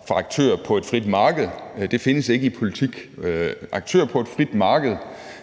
hos aktører på et frit marked, ikke findes i politik. Aktører på et frit marked